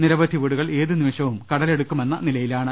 നിരവധി വീടുകൾ ഏതുനിമിഷവും കടലെടുക്കുമെന്ന നിലയിലാണ്